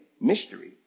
mystery